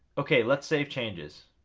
okay let's save changes.